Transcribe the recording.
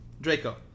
Draco